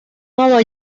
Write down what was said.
nueva